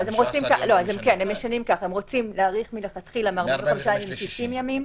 הם רוצים להאריך מלכתחילה מ-45 ימים ל-60 ימים,